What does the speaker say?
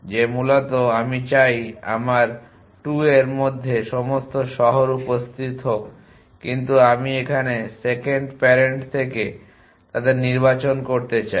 যে মূলত আমি চাই আমার 2 এর মধ্যে সমস্ত শহর উপস্থিত হোক কিন্তু আমি এখন সেকেন্ড প্যারেন্ট থেকে তাদের নির্বাচন করতে চাই